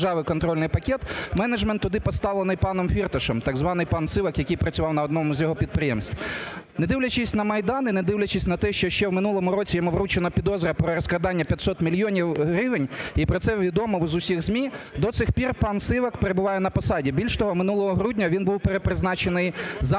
дивлячись на Майдан і не дивлячись на те, що ще в минулому році йому вручена підозра про розкрадання 500 мільйонів гривень, і про це відомо з усіх ЗМІ, до цих пір пан Сивак перебуває на посаді. Більш того, минулого грудня він був перепризначений заново,